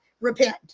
repent